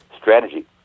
strategy